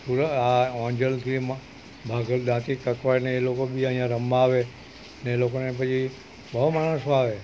આ ઓંઝલથીમાં ભાગલ દાંતી કકવાળ ને એ લોકો બી અહીંયા રમવા આવે ને એ લોકોને પછી બહુ માણસો આવે